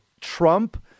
Trump